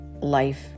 life